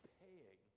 paying